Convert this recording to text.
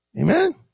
amen